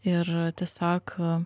ir tiesiog